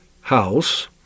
house